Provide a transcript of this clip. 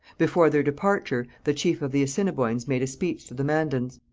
before their departure, the chief of the assiniboines made a speech to the mandans.